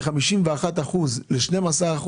מ-51% ל-12%?